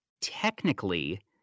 technically